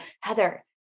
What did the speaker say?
Heather